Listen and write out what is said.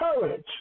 courage